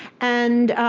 and